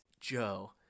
Joe